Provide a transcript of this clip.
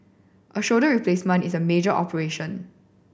a shoulder replacement is a major operation